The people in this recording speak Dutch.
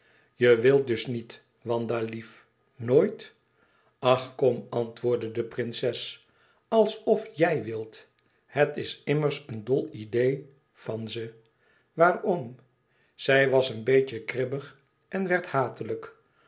je wilt dus niet wanda lief nooit ach kom antwoordde de prinses alsof jij wil het is immers een dol idee van ze waarom zij was een beetje kribbig en werd hatelijk